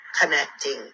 Connecting